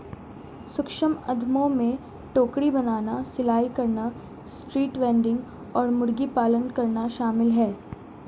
सूक्ष्म उद्यमों में टोकरी बनाना, सिलाई करना, स्ट्रीट वेंडिंग और मुर्गी पालन करना शामिल है